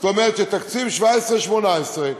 זאת אומרת שתקציב 2017 2018,